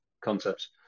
concepts